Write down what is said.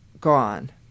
gone